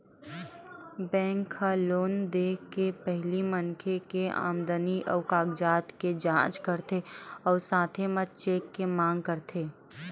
bank ह loan दे के पहिली मनखे के आमदनी अउ कागजात के जाँच करथे अउ साथे म चेक के मांग करथे